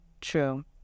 true